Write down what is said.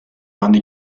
andy